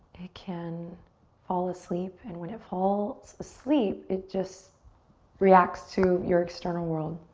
it can fall asleep. and when it falls asleep, it just reacts to your external world.